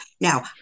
Now